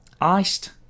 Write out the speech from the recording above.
Iced